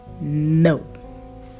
no